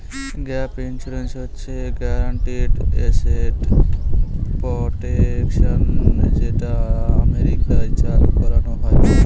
gap insurance হচ্ছে guaranteed asset protection যেটা আমেরিকায় চালু করানো হয়